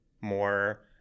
more